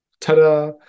ta-da